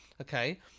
okay